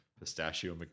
Pistachio